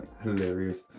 hilarious